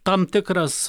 tam tikras